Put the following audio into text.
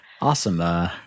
Awesome